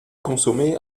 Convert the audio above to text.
consommées